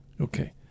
Okay